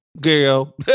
girl